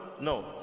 no